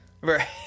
Right